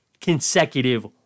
consecutive